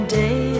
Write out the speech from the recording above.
day